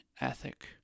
ethic